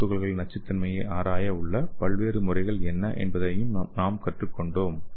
நானோ துகள்களின் நச்சுத்தன்மையைப் ஆராய உள்ள பல்வேறு முறைகள் என்ன என்பதையும் நாம் கற்றுக்கொண்டோம்